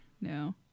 No